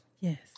Yes